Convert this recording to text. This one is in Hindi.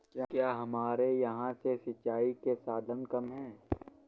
क्या हमारे यहाँ से सिंचाई के साधन कम है?